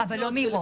אבל לא מראש.